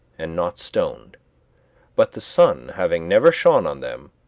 and not stoned but the sun having never shone on them,